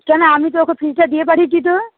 কেন আমি তো ওকে ফিজটা দিয়ে পাঠিয়েছি তো